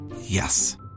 Yes